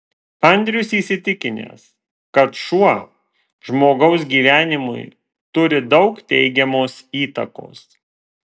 andrius įsitikinęs kad šuo žmogaus gyvenimui turi daug teigiamos įtakos